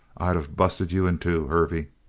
i'd of busted you in two, hervey.